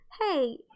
Hey